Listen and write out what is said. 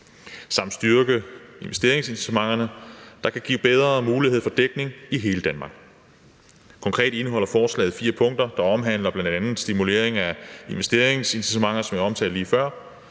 og styrke investeringsincitamenterne, der kan give bedre mulighed for dækning i hele Danmark. Konkret indeholder lovforslaget fire punkter, der omhandler bl.a. stimulering af investeringsincitamenterne, som jeg omtalte lige før,